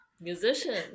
Musician